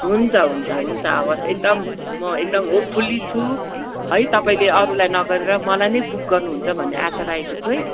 हुन्छ हुन्छ हुन्छ हवस् एकदम म एकदम होप फुल्ली छु है तपाईँले अरूलाई नगरेर मलाई नै बुक गर्नु हुन्छ भन्ने आशा राखेको छु है